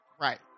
Right